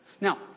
Now